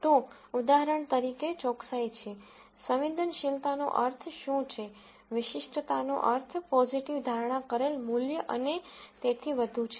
તો ઉદાહરણ તરીકે ચોકસાઈ છે સંવેદનશીલતાનો અર્થ શું છે વિશિષ્ટતાનો અર્થ પોઝીટિવ ધારણા કરેલ મૂલ્ય અને તેથી વધુ છે